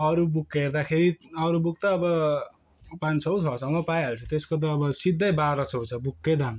अरू बुक हेर्दाखेरि अरू बुक त अब पाँच सौ छ सौमा पाइहाल्छ त्यसको त अब सिद्धै बाह्र सौ छ बुककै दाम